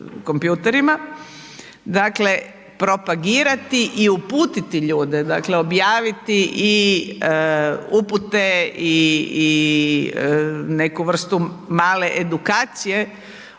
dakle propagirati i uputiti ljude, dakle objaviti i upute i neku vrstu male edukacije